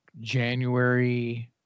January